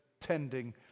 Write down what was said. tending